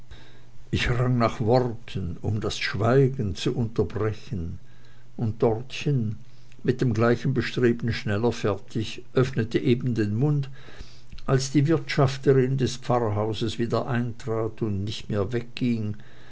ich rang nach worten um das schweigen zu unterbrechen und dortchen mit dem gleichen bestreben schneller fertig öffnete eben den mund als die wirtschafterin des pfarrhauses wieder eintrat und nicht mehr